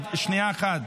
שנייה אחת.